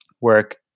work